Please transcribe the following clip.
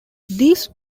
these